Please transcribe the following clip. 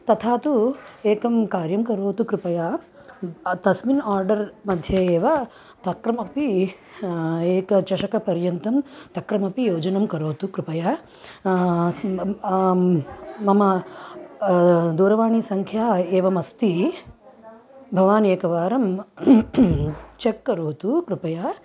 तथा तु एकं कार्यं करोतु कृपया तस्मिन् आर्डर् मध्ये एव तक्रमपि एकचषक पर्यन्तं तक्रमपि योजनं करोतु कृपया मम दूरवाणीसङ्ख्या एवमस्ति भवान् एकवारं चेक् करोतु कृपया